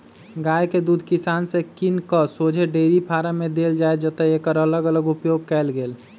गाइ के दूध किसान से किन कऽ शोझे डेयरी फारम में देल जाइ जतए एकर अलग अलग उपयोग कएल गेल